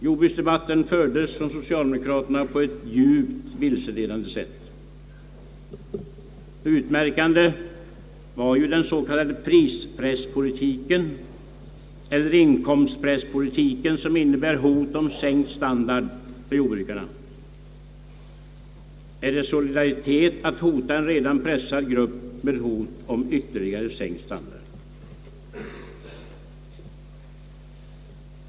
Jordbruksdebatten fördes från socialdemokraterna på ett djupt vilseledande sätt. Det utmärkande var den s. k, prispresspolitiken eller inkomstpresspolitiken, som innebar hot om sänkt standard för jordbrukarna. är det solidaritet att hota en redan pressad grupp med att få en ytterligare sänkt standard?